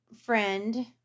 friend